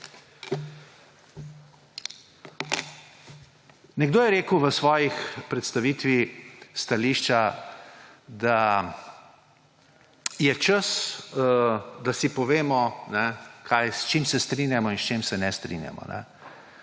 Nekdo je rekel v svoji predstavitvi stališča, da je čas, da si povemo, s čim se strinjamo in s čim se ne strinjamo.